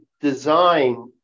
design